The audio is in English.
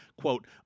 quote